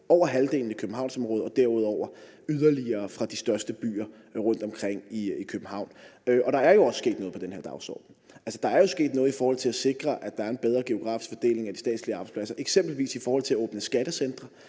over halvdelen i Københavnsområdet og derudover yderligere fra de største byer rundt om København. Og der er jo også sket noget på den her dagsorden. Altså, der er sket noget i forhold til at sikre, at der er en bedre geografisk fordeling af de statslige arbejdspladser, eksempelvis i forhold til at åbne skattecentre.